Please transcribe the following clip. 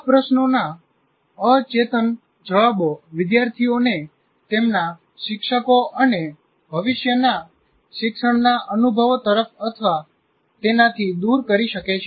આ પ્રશ્નોના અચેતન જવાબો વિદ્યાર્થીઓને તેમના શિક્ષકો અને ભવિષ્યના શિક્ષણના અનુભવો તરફ અથવા તેનાથી દૂર કરી શકે છે